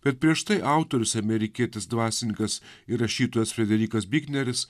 bet prieš tai autorius amerikietis dvasininkas ir rašytojas frederikas bikneris